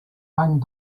banc